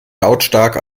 lautstark